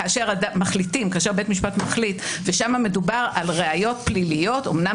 כאשר בית המשפט מחליט ושם מדובר על ראיות פליליות אמנם